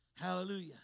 Hallelujah